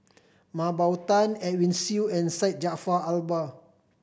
Mah Bow Tan Edwin Siew and Syed Jaafar Albar